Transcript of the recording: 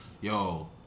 yo